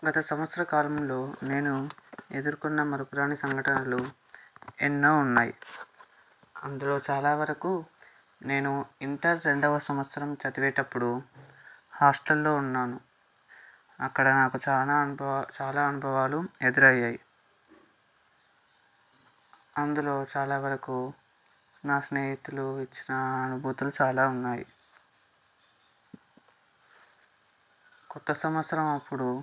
గత సంవత్సర కాలంలో నేను ఎదురుకొన్న మరపురాని సంఘటనలు ఎన్నో ఉన్నాయి అందులో చాలా వరకు నేను ఇంటర్ రెండవ సంవత్సరం చదివేటప్పుడు హాస్టల్లో ఉన్నాను అక్కడ నాకు చాలా అనుభావాలు చాలా అనుభవాలు ఎదురయ్యాయి అందులో చాలా వరకు నా స్నేహితులు ఇచ్చిన అనుభూతులు చాలా ఉన్నాయి కొత్త సంవత్సరం అప్పుడు